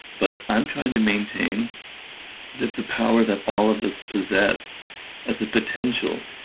but i'm trying to maintain that it's a power that all of us possess as a potential.